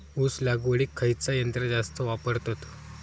ऊस लावडीक खयचा यंत्र जास्त वापरतत?